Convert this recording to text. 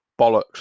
Bollocks